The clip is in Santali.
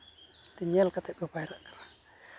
ᱧᱮᱞ ᱠᱟᱛᱮᱫ ᱠᱚ ᱯᱟᱭᱨᱟᱜ ᱠᱟᱱᱟ